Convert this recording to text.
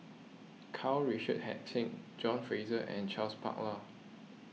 Karl Richard Hanitsch John Fraser and Charles Paglar